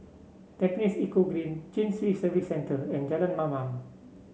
Tampines Eco Green Chin Swee Service Centre and Jalan Mamam